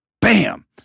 bam